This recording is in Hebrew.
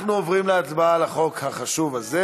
אנחנו עוברים להצבעה על החוק החשוב הזה.